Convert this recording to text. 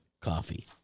coffee